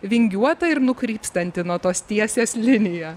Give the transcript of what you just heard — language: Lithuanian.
vingiuota ir nukrypstanti nuo tos tiesės linija